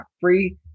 free